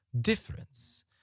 difference